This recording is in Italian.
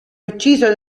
ucciso